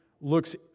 looks